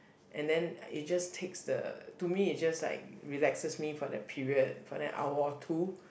and then it just takes the to me it's just like relaxes me for that period for an hour or two